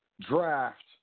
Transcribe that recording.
draft